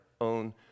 own